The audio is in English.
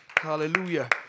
Hallelujah